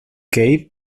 cave